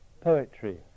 poetry